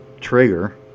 trigger